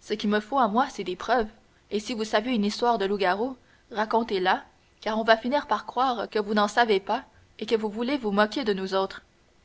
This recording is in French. ce qui me faut à moi c'est des preuves et si vous savez une histoire de loup-garou racontez la car on va finir par croire que vous n'en savez pas et que vous voulez vous moquer de nous autres